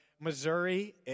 Missouri